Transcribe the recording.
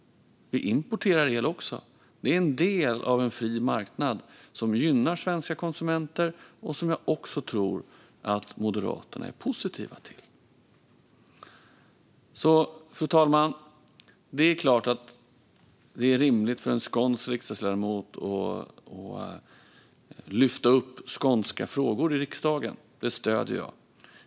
Vi importerar el också. Det är en del av en fri marknad som gynnar svenska konsumenter, och jag tror att även Moderaterna är positiva till det. Fru talman! Det är såklart rimligt att en skånsk riksdagsledamot lyfter upp skånska frågor i riksdagen. Det stöder jag.